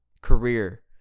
career